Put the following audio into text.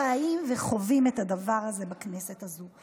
חיים וחווים את הדבר הזה בכנסת הזו.